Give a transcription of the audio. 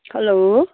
hello